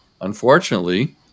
unfortunately